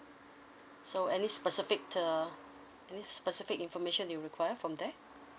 so any specific err any specific information you require from there